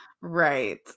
Right